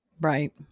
Right